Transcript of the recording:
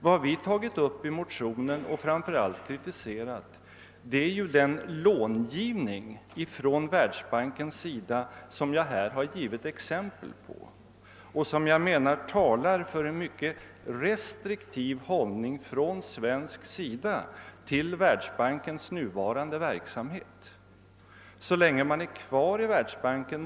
Vad vi tagit upp i motionerna och framför allt kritiserat är den långivning från världsbankens sida som jag här har givit exempel på och som enligt min mening talar för en mycket restriktiv hållning från svensk sida till världsbankens nuvarande verksamhet, Så länge man är kvar i världsbanken.